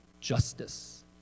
justice